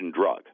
drug